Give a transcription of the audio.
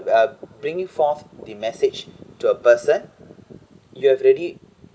uh bringing forth the message to a person you have already